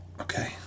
Okay